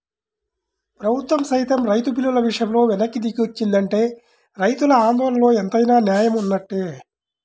ప్రభుత్వం సైతం రైతు బిల్లుల విషయంలో వెనక్కి దిగొచ్చిందంటే రైతుల ఆందోళనలో ఎంతైనా నేయం వున్నట్లే